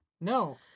No